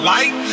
Light